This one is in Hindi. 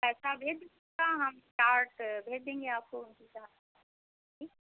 पैसा भेज दीजिएगा हम चाट भेज देंगे आपको उसी के हाथ ठीक